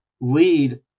lead